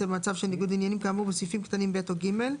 במצב של ניגוד עניינים כאמור בסעיפים קטנים (ב) או (ג),